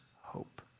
hope